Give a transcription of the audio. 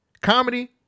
Comedy